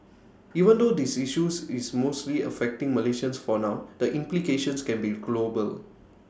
even though this issues is mostly affecting Malaysians for now the implications can be global